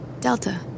Delta